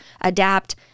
adapt